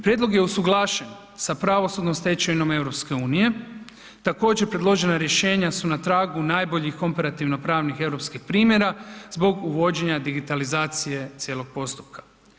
Prijedlog je usuglašen sa pravosudnom stečevinom EU-a, također predložena rješenja su na tragu najboljih komparativno-pravnih europskih primjera zbog uvođenja digitalizacije cijelog postupka.